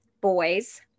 Boys